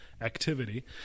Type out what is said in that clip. activity